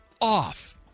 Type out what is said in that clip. off